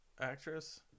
actress